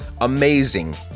amazing